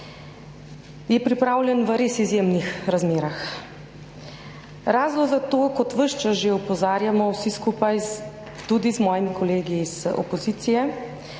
je pripravljen v res izjemnih razmerah. Razlog za to, kot ves čas že opozarjamo vsi skupaj, tudi z mojimi kolegi iz opozicije,